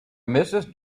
mrs